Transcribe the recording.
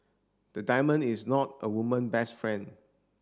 the diamond is not a woman best friend